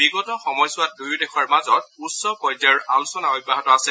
বিগত সময়ছোৱাত দুয়ো দেশৰ মাজত উচ্চ পৰ্যায়ৰ আলোচনা অব্যাহত আছে